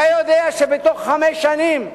אתה יודע שבתוך חמש שנים,